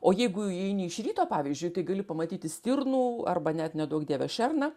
o jeigu eini iš ryto pavyzdžiui tai gali pamatyti stirnų arba net neduok dieve šerną